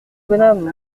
bonhomme